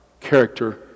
character